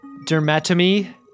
dermatomy